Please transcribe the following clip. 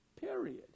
period